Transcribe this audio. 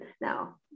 now